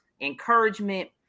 encouragement